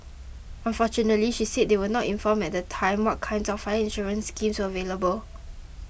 unfortunately she said they were not informed at the time what kinds of fire insurance schemes were available